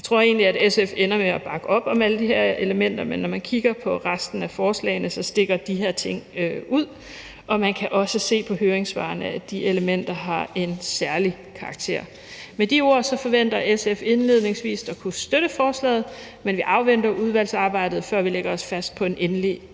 Jeg tror egentlig, at SF ender med at bakke op om alle de her elementer, men når man kigger på resten af forslagene, stikker de her ting ud, og man kan også se på høringssvarene, at de elementer har en særlig karakter. Med de ord forventer SF indledningsvis at kunne støtte forslaget, men vi afventer udvalgsarbejdet, før vi lægger os fast på en endelig indstilling.